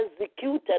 executed